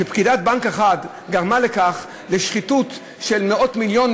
כשפקידת בנק אחת גרמה לשחיתות של מאות מיליונים,